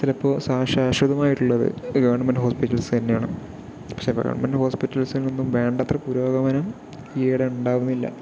ചിലപ്പോൾ ശാ ശാശ്വതം ആയിട്ടുള്ളത് ഈ ഗവൺമെൻറ്റ് ഹോസ്പിറ്റൽസ് തന്നെയാണ് പക്ഷേ ഗവൺമെൻറ്റ് ഹോസ്പിറ്റൽസ് ഒന്നും വേണ്ടത്ര പുരോഗമനം ഈയിടെ ഉണ്ടാകുന്നില്ല